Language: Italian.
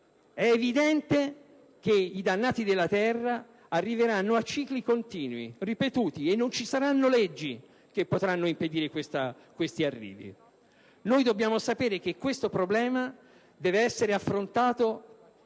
è evidente che i dannati della terra arriveranno a cicli continui, ripetuti, e non ci saranno leggi che potranno impedire questi arrivi. Dobbiamo sapere che questo problema deve essere affrontato